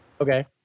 Okay